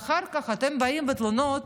אחר כך אתם באים בתלונות